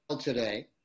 today